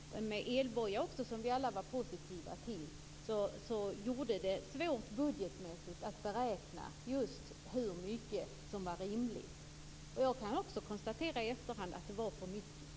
Fru talman! Eftersom det som sagt också fanns detta med elbojor som vi alla var positiva till blev det budgetmässigt svårt att beräkna hur mycket som var rimligt. Jag kan också konstatera i efterhand att det var för mycket.